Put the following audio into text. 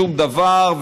שום דבר,